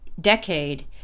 decade